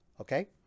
Okay